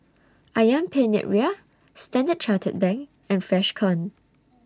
Ayam Penyet Ria Standard Chartered Bank and Freshkon